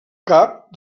cap